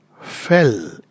fell